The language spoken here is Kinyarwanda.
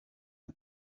ngo